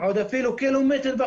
תודה